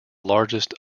largest